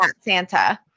Santa